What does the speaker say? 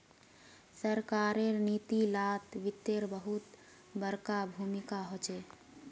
सरकारेर नीती लात वित्तेर बहुत बडका भूमीका होचे